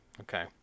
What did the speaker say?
okay